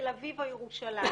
תל אביב או בירושלים.